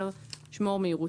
(מספר) קשר או פחות / יותר (4)שמור מהירות